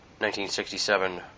1967